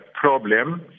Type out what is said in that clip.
problem